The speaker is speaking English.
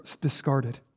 discarded